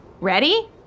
Ready